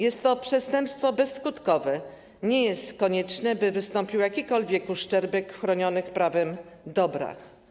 Jest to przestępstwo bezskutkowe, nie jest konieczne, by wystąpił jakikolwiek uszczerbek w chronionych prawem dobrach.